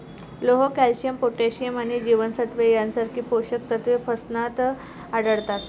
लोह, calcium, potassium आणि जीवनसत्त्वे यांसारखी पोषक तत्वे फणसात आढळतात